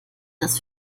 das